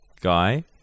Guy